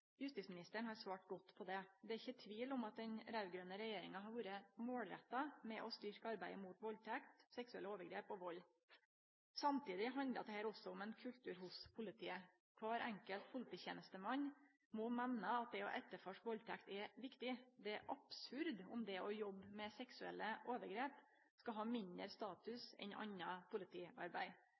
Justisministeren har svart godt på det. Det er ikkje tvil om at den raud-grøne regjeringa har vore målretta med tanke på å styrke arbeidet mot valdtekt, seksuelle overgrep og vald. Samtidig handlar dette også om ein kultur hos politiet. Kvar enkelt polititenestemann må meine at etterforsking av valdtekt er viktig. Det er absurd om det å jobbe med seksuelle overgrep skulle ha lågare status enn anna politiarbeid.